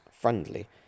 friendly